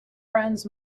friends